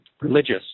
religious